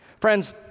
Friends